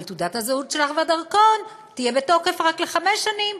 אבל תעודת הזהות שלך והדרכון יהיו בתוקף רק לחמש שנים,